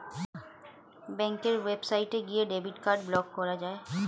ব্যাঙ্কের ওয়েবসাইটে গিয়ে ডেবিট কার্ড ব্লক করা যায়